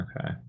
okay